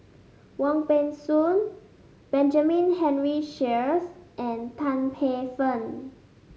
Wong Peng Soon Benjamin Henry Sheares and Tan Paey Fern